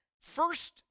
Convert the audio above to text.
first